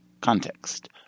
context